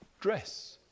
dress